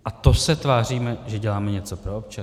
A to se tváříme, že děláme něco pro občany?